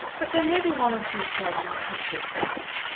but there may be one or two affairs in the country at christmas,